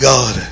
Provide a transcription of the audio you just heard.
God